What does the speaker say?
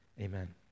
Amen